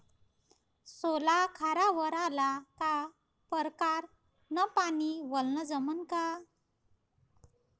सोला खारावर आला का परकारं न पानी वलनं जमन का?